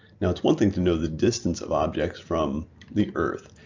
now it's one thing to know the distance of objects from the earth,